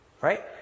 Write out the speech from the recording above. Right